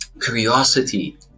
curiosity